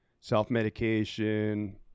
self-medication